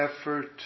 effort